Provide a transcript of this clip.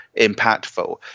impactful